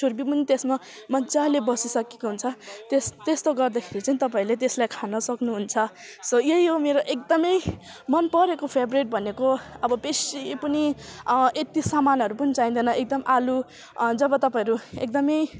छुर्पी पनि त्यसमा मज्जाले बसिसकेको हुन्छ त्यस त्यस्तो गर्दाखेरि चाहिँ तपाईँहरूले त्यसलाई खान सक्नु हुन्छ सो यहि हो मेरो एकदमै मनपरेको फेभ्रेट भनेको अब बेसी पनि यति सामानहरू पनि चाहिँदैन एकदम आलु जब तपाईँहरू एकदमै